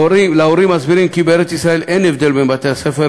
להורים מסבירים כי בארץ-ישראל אין הבדל בין בתי-הספר,